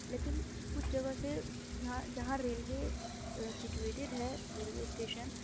لیکن کچھ جگہ سے جہاں جہاں ریلوے سٹویٹیڈ ہے ریلوے اسٹیشن